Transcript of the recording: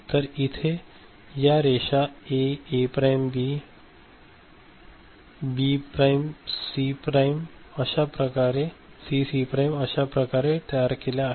तर इथे या रेषा A A prime B B prime C C prime अश्या तयार केल्या आहेत